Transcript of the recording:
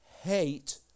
hate